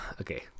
okay